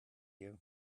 you